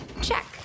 check